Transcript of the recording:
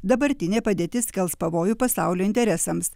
dabartinė padėtis kels pavojų pasaulio interesams